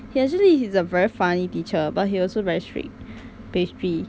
he actually he's a very funny teacher but he also very strict pastry